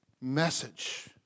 message